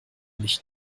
nicht